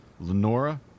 Lenora